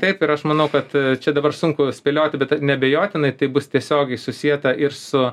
taip ir aš manau kad čia dabar sunku spėlioti bet neabejotinai tai bus tiesiogiai susieta ir su